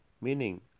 Meaning